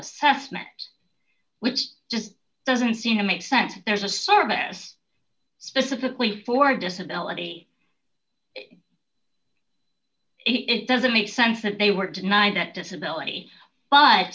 assessment which just doesn't seem to make sense there's a service specifically for disability it doesn't make sense that they were denied that disability but